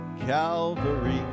Calvary